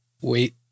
Wait